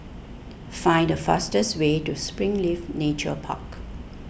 find the fastest way to Springleaf Nature Park